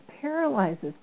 paralyzes